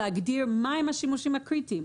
להגדיר מהם השימושים הקריטיים.